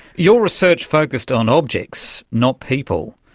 your research focused on objects, not people.